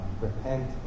repent